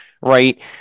right